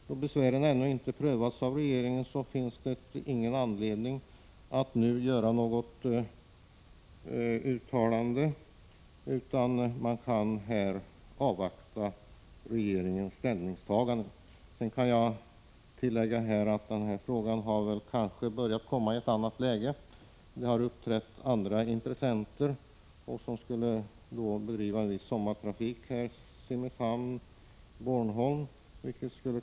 Då besvären ännu inte har prövats av regeringen, finns det ingen anledning att nu göra något uttalande i ärendet, utan vi bör avvakta regeringens ställningstagande. Jag kan tillägga att denna fråga kanske har börjat komma i ett annat läge. Det har uppträtt andra intressenter, som vill bedriva viss sommartrafik mellan Simrishamn och Bornholm.